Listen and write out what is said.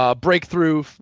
Breakthrough